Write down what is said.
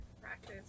Practice